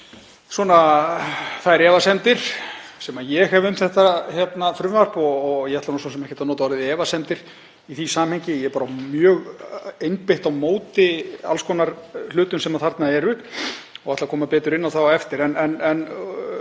vel þær efasemdir sem ég hef um þetta frumvarp. Ég ætla svo sem ekkert að nota orðið efasemdir í því samhengi, ég er bara mjög einbeitt á móti alls konar hlutum sem þarna eru og ætla að koma betur inn á það á eftir. En